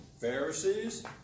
Pharisees